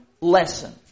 lesson